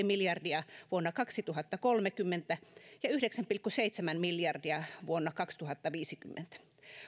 miljardia vuonna kaksituhattakolmekymmentä ja yhdeksän pilkku seitsemän miljardia vuonna kaksituhattaviisikymmentä